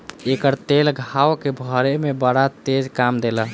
एकर तेल घाव के भरे में बड़ा तेज काम देला